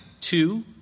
Two